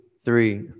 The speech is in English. three